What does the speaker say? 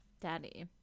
daddy